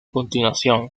continuación